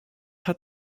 hat